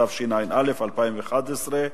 התשע"א 2011,